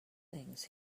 things